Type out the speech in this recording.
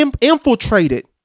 infiltrated